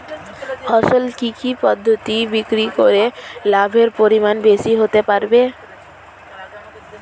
ফসল কি কি পদ্ধতি বিক্রি করে লাভের পরিমাণ বেশি হতে পারবে?